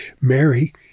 Mary